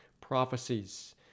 prophecies